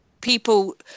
people